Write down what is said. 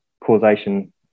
causation